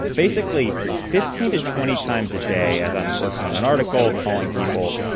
basically, fifteen to twenty times a day as i'm working on an article, calling people,